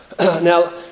Now